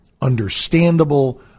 understandable